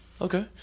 Okay